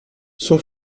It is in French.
son